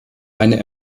eine